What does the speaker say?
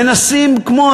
מנסים כמו,